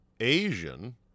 Asian